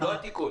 לא התיקון